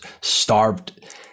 starved